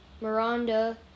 Miranda